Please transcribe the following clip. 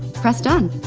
press done.